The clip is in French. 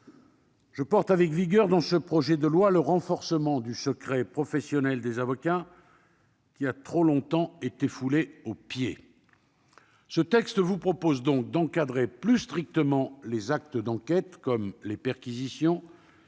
Je défends avec vigueur, dans ce projet de loi, le renforcement du secret professionnel des avocats, qui a trop longtemps été foulé aux pieds. Ce texte prévoit donc d'encadrer plus strictement les actes d'enquête comme les perquisitions,